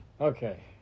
Okay